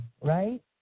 right